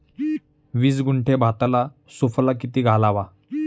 वीस गुंठे भाताला सुफला किती घालावा?